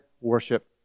worship